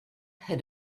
had